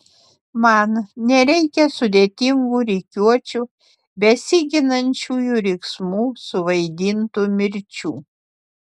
man nereikia sudėtingų rikiuočių besiginančiųjų riksmų suvaidintų mirčių